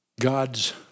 God's